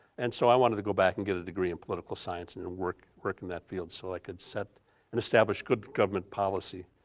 and so i wanted to go back and get a degree in political science and and work work in that field, so i could set and establish good government policy,